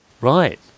right